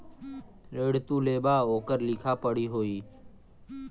ऋण तू लेबा ओकर लिखा पढ़ी होई